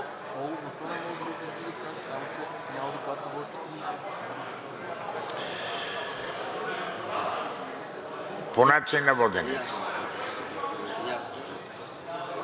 по начина на водене?